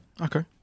Okay